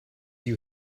you